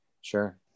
Sure